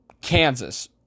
Kansas